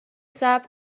صبر